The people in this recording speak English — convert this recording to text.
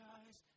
eyes